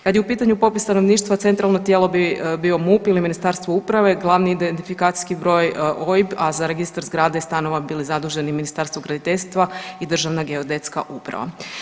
Kada je u pitanju popis stanovništva centralno tijelo bi bio MUP ili Ministarstvo uprave, glavni identifikacijski broj OIB, a za registar zgrade i stanova bi bili zaduženi Ministarstvo graditeljstva i Državna geodetska uprava.